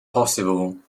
possible